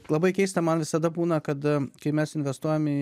labai keista man visada būna kad kai mes investuojam į